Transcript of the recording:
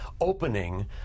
opening